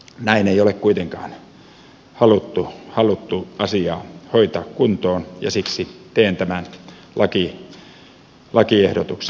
näin ei ole kuitenkaan haluttu asiaa hoitaa kuntoon ja siksi teen tämän lakiehdotuksen